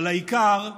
אבל העיקר,